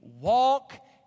walk